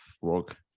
work